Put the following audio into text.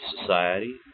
society